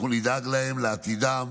אנחנו נדאג להם לעתידם,